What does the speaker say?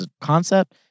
concept